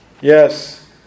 Yes